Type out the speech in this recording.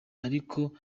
ariko